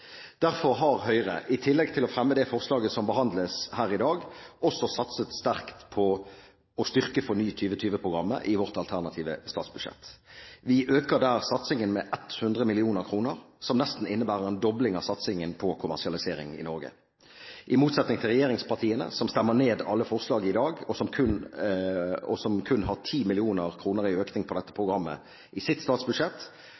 Derfor har Høyre, i tillegg til å fremme det forslaget som behandles her i dag, også satset sterkt på å styrke FORNY2020-programmet i sitt alternative statsbudsjett. Vi øker der satsingen med 100 mill. kr, som nesten innebærer en dobling av satsingen på kommersialisering i Norge. I motsetning til regjeringspartiene – som stemmer ned alle forslag i dag, og som kun har 10 mill. kr i økning til dette